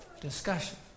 discussion